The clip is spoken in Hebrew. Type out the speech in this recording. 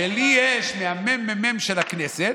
ולפי מה שיש לי מהממ"מ של הכנסת,